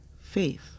faith